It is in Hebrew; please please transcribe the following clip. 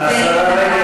כשהיית שרת הבריאות,